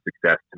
success